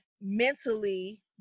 mentally